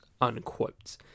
Unquote